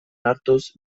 hartuz